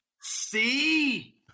See